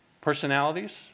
personalities